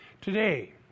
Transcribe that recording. today